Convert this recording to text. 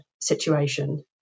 situation